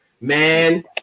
man